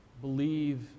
believe